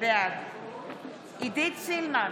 בעד עידית סילמן,